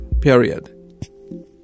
period